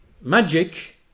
magic